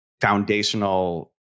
foundational